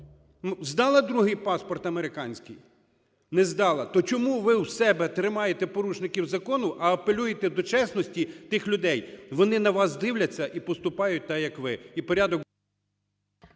здала другий паспорт, американський? Не здала. То чому ви в себе тримаєте порушників закону, а апелюєте до чесності тих людей? Вони на вас дивляться і поступають так, як ви.